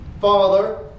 Father